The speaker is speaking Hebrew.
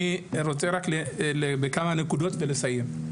אני רוצה כמה נקודות ואסיים.